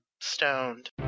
stoned